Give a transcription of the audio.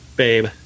babe